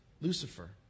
Lucifer